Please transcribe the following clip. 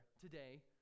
today